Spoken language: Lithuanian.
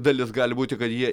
dalis gali būti kad jie